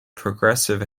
progressive